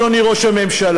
אדוני ראש הממשלה,